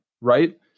right